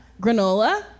Granola